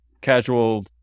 casual